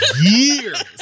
years